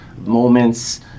moments